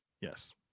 Yes